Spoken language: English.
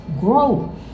Grow